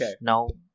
No